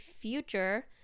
future